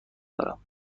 دارم